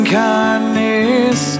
kindness